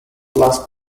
last